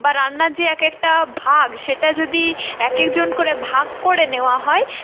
বা রান্নার যে এক একটা ভাগ সেটা যদি এক একজন করে ভাগ করে নেওয়া হয়